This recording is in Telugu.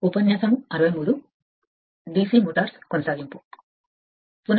మనం మళ్ళీ తిరిగి వచ్చాము